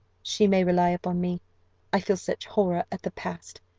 she may rely upon me i feel such horror at the past,